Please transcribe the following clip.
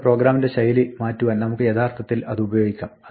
നമ്മുടെ പ്രോഗ്രാമിംഗിന്റെ ശൈലി മാറ്റുവാൻ നമുക്ക് യഥാർത്തിൽ അതുപയോഗിക്കാം